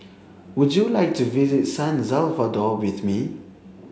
would you like to visit San Salvador with me